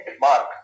mark